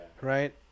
right